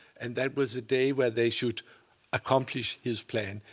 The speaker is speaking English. and that was the day where they should accomplish his plan.